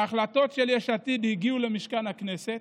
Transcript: ההחלטות של יש עתיד הגיעו למשכן הכנסת.